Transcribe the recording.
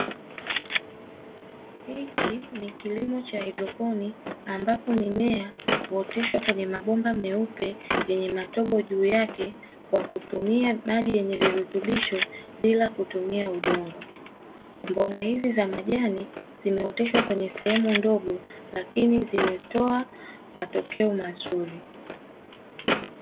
Hichi ni kilimo cha haidroponi ambapo mimea huoteshwa kwenye mabomba meupe yenye matobo juu yake, kwa kutumia maji yenye virutubisho bila kutumia udongo. Mboga hizi za majani zimeoteshwa kwenye sehemu ndogo, lakini zimetoa matokeo mazuri.